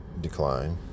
decline